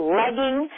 legging